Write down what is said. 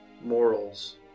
morals